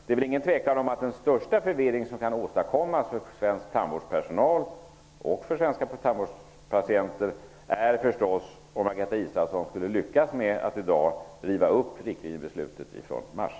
Det är inget tvivel om att den största förvirringen för den svenska tandvårdspersonalen och för de svenska tandvårdspatienterna uppstår om Margareta Israelsson i dag lyckas med att riva upp riktlinjebeslutet från i mars.